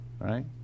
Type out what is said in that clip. right